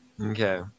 Okay